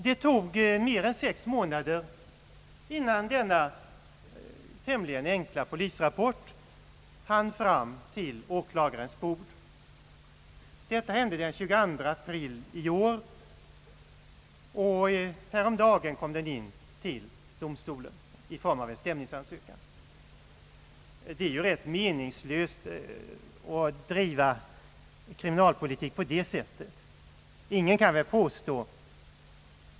Men det tog mer än sex månader innan denna tämligen enkla polisrapport hann fram till åklagarens bord. Misshandeln ägde rum den 22 april i år, och häromdagen kom saken till domstolen i form av en stämningsansökan. Det är ju rätt meningslöst att driva kriminalpolitik på det sättet.